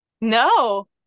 no